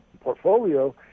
portfolio